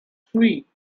three